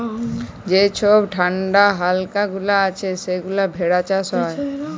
যে ছব ঠাল্ডা ইলাকা গুলা আছে সেখালে ভেড়া চাষ হ্যয়